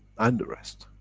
and the rest.